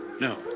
No